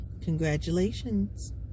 congratulations